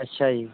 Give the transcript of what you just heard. ਅੱਛਾ ਜੀ